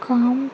com